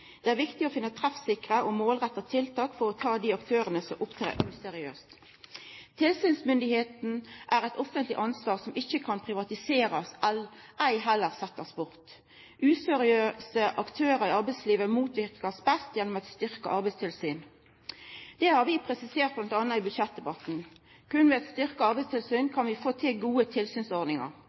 Det er viktig å finna treffsikre og målretta tiltak for å ta dei aktørane som opptrer useriøst. Tilsynsmyndigheita er eit offentleg ansvar som ein ikkje kan privatisera, heller ikkje setja bort. Useriøse aktørar i arbeidslivet kan best motverkast gjennom eit styrkt arbeidstilsyn. Det har vi presisert m.a. i budsjettdebatten. Berre ved eit styrkt arbeidstilsyn kan vi få til gode tilsynsordningar.